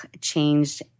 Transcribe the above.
changed